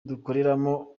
dukoreramo